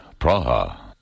Praha